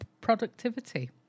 productivity